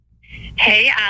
Hey